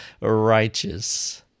righteous